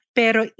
pero